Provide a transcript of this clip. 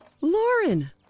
Lauren